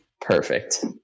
perfect